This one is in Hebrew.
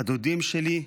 הדודים שלי,